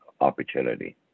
opportunity